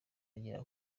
enye